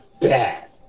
bad